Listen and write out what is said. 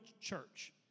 church